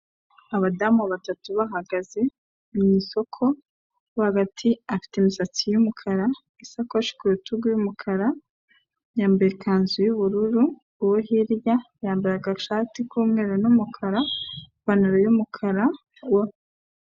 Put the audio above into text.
Abadamu batatu bahagaze mu isoko, uwo hagati afite imisatsi y'umukara, isakoshi ku rutugu y'umukara yambaye ikanzu y'ubururu, uwo hirya yambaye agashati k'umweru n'umukara, ipantaro y'umukara.